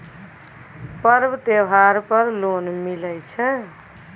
पर्व त्योहार पर लोन मिले छै?